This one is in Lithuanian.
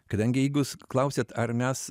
kadangi jeigu jūs klausėt ar mes